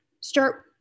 Start